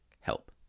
help